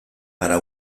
para